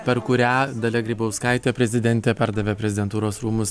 per kurią dalia grybauskaitė prezidentė perdavė prezidentūros rūmus